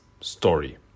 story